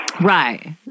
Right